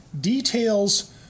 details